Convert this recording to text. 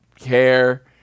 care